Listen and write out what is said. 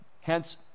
hence